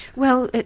well